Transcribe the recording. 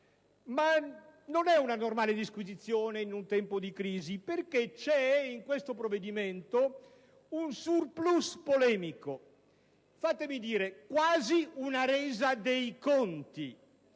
Non è una normale disquisizione in un tempo di crisi ,perché c'è in questo provvedimento un *surplus* polemico - fatemi dire, quasi una resa dei conti